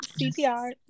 cpr